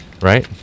Right